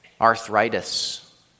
arthritis